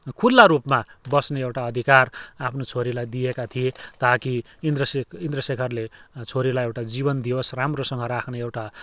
खुल्ला रूपमा बस्ने एउटा अधिकार आफ्नो छोरीलाई दिएका थिए ताकि इन्द्रशेख इन्द्रशेखरले छोरीलाई एउटा जीवन दियोस् राम्रोसँग राख्ने एउटा